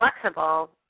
flexible